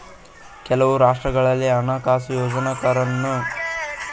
ಕೆಲವು ರಾಷ್ಟ್ರಗಳಲ್ಲಿ ಹಣಕಾಸು ಯೋಜಕರನ್ನು ಹಣಕಾಸು ಸಲಹೆಗಾರ ಎಂಬ ಶಿರೋನಾಮೆಯಡಿಯಲ್ಲಿ ಗುರುತಿಸಲಾಗುತ್ತದೆ